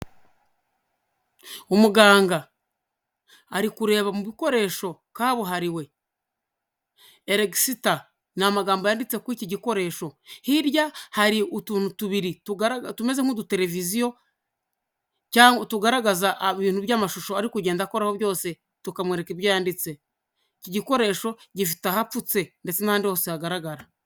Umuganga ari kureba mu bikoresho kabuhariwe elesita ni amagambo yanditse kuri iki gikoresho, hirya hari utuntu tubiri tumeze nk'uduteleviziyo cyangwa tugaragaza ibintu by'amashusho ari kugenda akoraho byose, tukamureka ibyo yanditse. Iki gikoresho gifite ahapfutse ndetse n'ahandi hose hagaragara.